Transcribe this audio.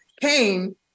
came